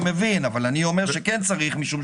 אבל אני אומר שכן צריך לפטור,